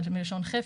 מלשון חפץ,